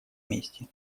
месте